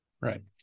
right